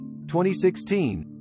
2016